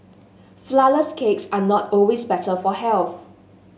flourless cakes are not always better for health